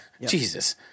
Jesus